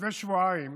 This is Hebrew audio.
לפני שבועיים